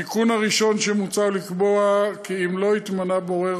בתיקון הראשון מוצע לקבוע כי אם לא התמנה בורר